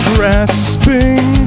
Grasping